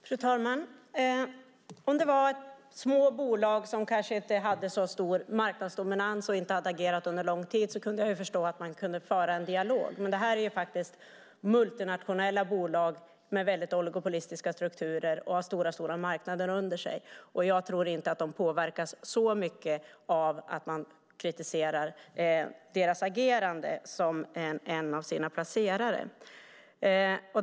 Fru talman! Om det var små bolag som kanske inte hade så stor marknadsdominans och inte hade agerat under lång tid kunde jag förstå att man kunde föra en dialog. Men det här är faktiskt multinationella bolag med väldigt oligopolistiska strukturer, och de har stora marknader under sig. Jag tror inte att de påverkas så mycket av att en av deras placerare kritiserar deras agerande.